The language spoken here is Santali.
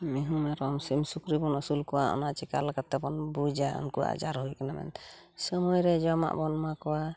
ᱢᱤᱦᱩ ᱢᱮᱨᱚᱢ ᱥᱤᱢ ᱥᱩᱠᱨᱤ ᱵᱚᱱ ᱟᱹᱥᱩᱞ ᱠᱚᱣᱟ ᱚᱱᱟ ᱪᱤᱠᱟᱹ ᱞᱮᱠᱟᱛᱮ ᱵᱚᱱ ᱵᱩᱡᱟ ᱩᱱᱠᱩᱣᱟᱜ ᱟᱡᱟᱨ ᱦᱩᱭ ᱟᱠᱟᱱᱟ ᱢᱮᱱᱛᱮ ᱥᱚᱢᱚᱭᱨᱮ ᱡᱚᱢᱟᱜ ᱵᱚᱱ ᱮᱢᱟᱠᱚᱣᱟ